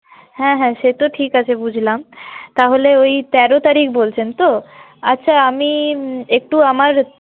হ্যাঁ হ্যাঁ সে তো ঠিক আছে বুঝলাম তাহলে ওই তেরো তারিখ বলছেন তো আচ্ছা আমি একটু আমার